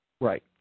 Right